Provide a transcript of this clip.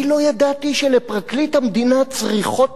אני לא ידעתי שלפרקליט המדינה צריכות